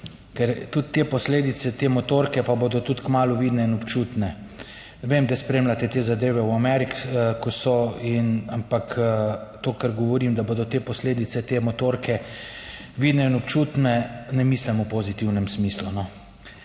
ker tudi te posledice te motorke pa bodo tudi kmalu vidne in občutne. Vem, da spremljate te zadeve v Ameriki, ko so in ampak to, kar govorim, da bodo te posledice te motorke vidne in občutne, ne mislim v pozitivnem smislu,